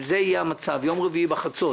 אם זה יהיה המצב ביום רביעי בחצות,